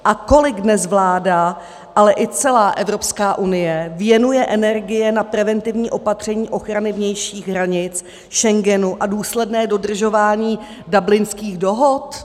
A kolik dnes vláda, ale i celá Evropská unie věnuje energie na preventivní opatření ochrany vnějších hranic Schengenu a důsledné dodržování Dublinských dohod?